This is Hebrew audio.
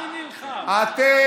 תתבייש לך.